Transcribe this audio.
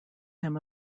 him